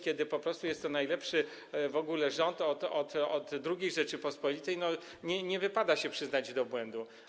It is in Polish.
Kiedy po prostu jest to najlepszy w ogóle rząd od czasów II Rzeczypospolitej, to nie wypada się przyznać do błędu.